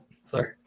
Sorry